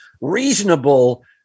reasonable